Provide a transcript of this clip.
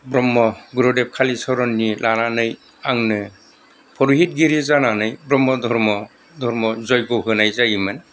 ब्रह्म गुरुदेब कालिचरननि लानानै आंनो पुरुहितगिरि जानानै ब्रह्म धर्म धर्म जग्य होनाय जायोमोन